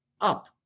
up